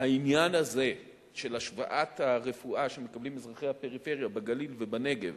העניין הזה של השוואת הרפואה שמקבלים אזרחי הפריפריה בגליל ובנגב